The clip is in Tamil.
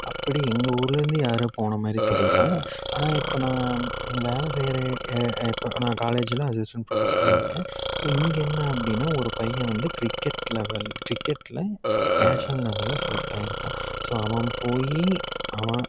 அப்படி எங்கள் ஊர்லருந்து யாரும் போன மாதிரி தெரியல ஆனால் இப்போ நான் வேலை செய்யற இப்போ நான் காலேஜ்ஜில் அசிஸ்டன்ட் ப்ரொஃபசராக இருக்கேன் ஸோ இங்கே என்ன அப்படின்னா ஒரு பையன் வந்து கிரிக்கெட் லெவல் கிரிக்கெட்டில் நேஷ்னல் லெவலில் செலக்ட்டாயி இருக்கான் ஸோ அவன் போய்